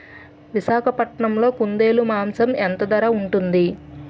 విశాఖపట్నంలో కుందేలు మాంసం ఎంత ధర ఉంటుంది?